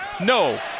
no